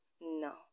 no